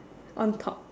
on top